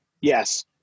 Yes